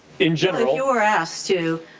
in general you were asked to